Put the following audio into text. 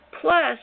Plus